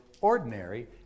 ordinary